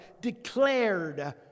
declared